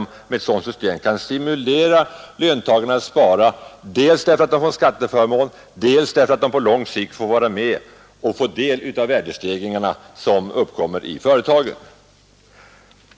Med ett sådant system kan man stimulera löntagarna att spara dels därför att de får en skatteförmån, dels därför att de på lång sikt får del av den tillväxt som förekommer i företaget.